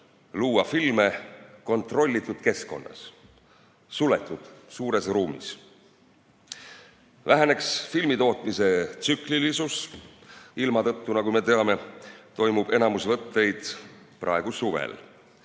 luua filme kontrollitud keskkonnas, suletud suures ruumis. Väheneks filmitootmise tsüklilisus. Ilma tõttu, nagu me teame, toimub enamus võtteid praegu suvel.